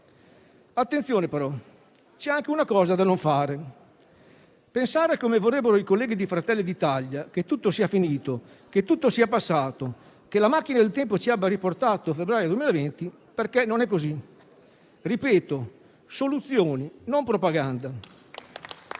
Attenzione, però, c'è anche una cosa da non fare: pensare, come vorrebbero i colleghi di Fratelli d'Italia, che tutto sia finito, che tutto sia passato, che la macchina del tempo ci abbia riportato a febbraio 2020. Non è così. Ripeto: soluzioni, non propaganda.